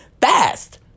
fast